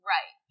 Right